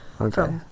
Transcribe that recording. okay